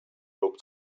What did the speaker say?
lub